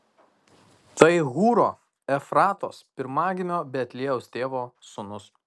tai hūro efratos pirmagimio betliejaus tėvo sūnūs